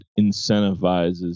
incentivizes